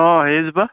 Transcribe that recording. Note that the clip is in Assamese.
অঁ হেৰিজোপা